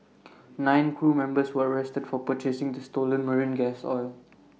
nine crew members were arrested for purchasing the stolen marine gas oil